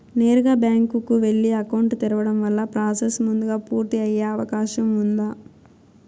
నేరుగా బ్యాంకు కు వెళ్లి అకౌంట్ తెరవడం వల్ల ప్రాసెస్ ముందుగా పూర్తి అయ్యే అవకాశం ఉందా?